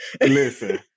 Listen